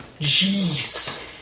Jeez